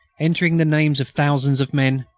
entering the names of thousands of men,